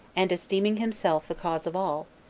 and esteeming himself the cause of all,